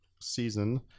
season